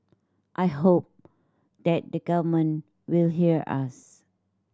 I hope that the government will hear us